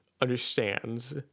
understands